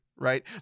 Right